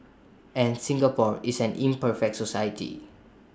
and Singapore is an imperfect society